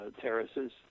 terraces